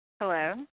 Hello